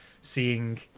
seeing